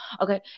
okay